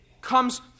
comes